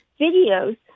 videos